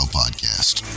podcast